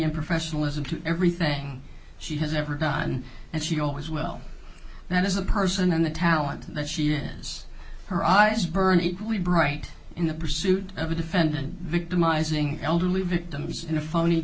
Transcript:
and professionalism to everything she has ever gotten and she always well that is the person in the talent that she is her eyes burn equally bright in the pursuit of a defendant victimizing elderly victims in a phony